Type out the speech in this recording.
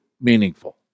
meaningful